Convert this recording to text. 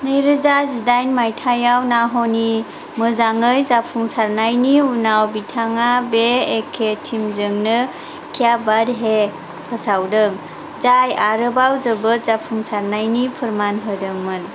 नैरोजा जिदाइन मायथाइयाव नाह'नि मोजाङै जाफुंसारनायनि उनाव बिथाङा बे एखे टिमजोंनो क्या बात हे फोसावदों जाय आरोबाव जोबोद जाफुंसारनायनि फोरमान होदोंमोन